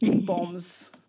bombs